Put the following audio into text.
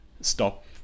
stop